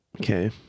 okay